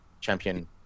champion